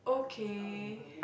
okay